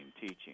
teaching